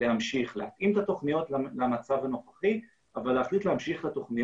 להמשיך ולהתאים את התוכניות למצב הנוכחי אבל להמשיך אותן.